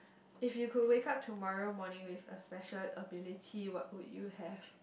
if you could wake up tomorrow morning with a special ability what would you have